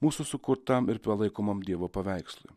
mūsų sukurtam ir palaikomam dievo paveikslui